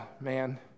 man